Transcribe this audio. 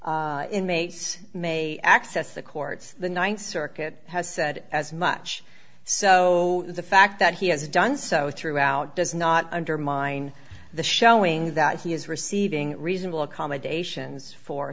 inmates may access the courts the th circuit has said as much so the fact that he has done so throughout does not undermine the showing that he is receiving reasonable accommodations for